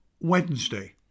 Wednesday